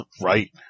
Right